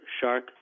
Shark